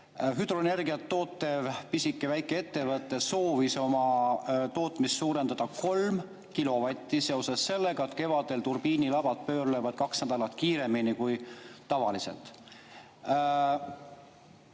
Hüdroenergiat tootev väikeettevõte soovis oma tootmist suurendada 3 kilovatti seoses sellega, et kevadel turbiinilabad pöörlevad kaks nädalat kiiremini kui tavaliselt.